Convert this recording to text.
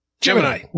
Gemini